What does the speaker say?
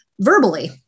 verbally